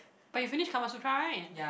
but you finish Kamasutra right